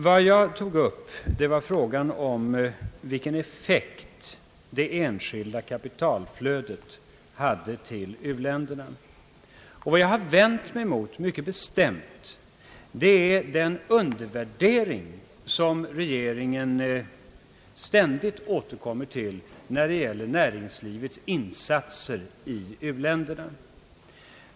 Vad jag tog upp var frågan om vilken effekt det enskilda kapitalflödet till uländerna hade. Vad jag mycket bestämt har vänt mig emot är den undervärdering som regeringen ständigt återkommer till när det gäller näringslivets insatser i u-länderna.